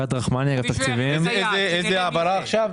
הפנייה התקציבית נועדה להעברת עודפים משנת התקציב